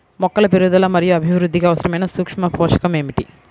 మొక్కల పెరుగుదల మరియు అభివృద్ధికి అవసరమైన సూక్ష్మ పోషకం ఏమిటి?